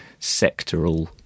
sectoral